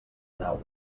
nau